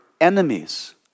enemies